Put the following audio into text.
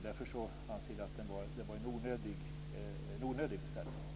Därför anser vi att det var en onödig beställning.